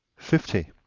fifty.